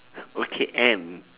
okay N